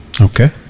okay